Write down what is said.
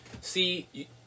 See